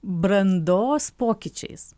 brandos pokyčiais